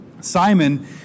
Simon